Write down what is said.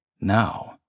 Now